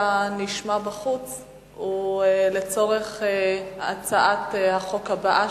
נשמע בחוץ הוא לצורך הצעת החוק הבאה,